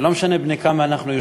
ולא משנה בני כמה אנחנו,